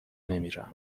نمیرم